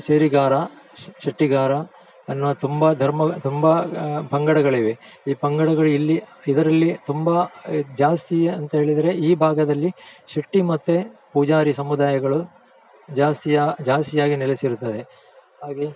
ಶೇರೆಗಾರ ಶೆಟ್ಟಿಗಾರ ಅನ್ನುವ ತುಂಬ ಧರ್ಮ ತುಂಬ ಪಂಗಡಗಳಿವೆ ಈ ಪಂಗಡಗಳು ಇಲ್ಲಿ ಇದರಲ್ಲಿ ತುಂಬ ಜಾಸ್ತಿ ಅಂತ ಹೇಳಿದರೆ ಈ ಭಾಗದಲ್ಲಿ ಶೆಟ್ಟಿ ಮತ್ತು ಪೂಜಾರಿ ಸಮುದಾಯಗಳು ಜಾಸ್ತಿ ಜಾಸ್ತಿಯಾಗಿ ನೆಲೆಸಿರುತ್ತದೆ ಹಾಗೆ